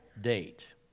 date